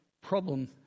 problem